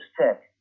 tech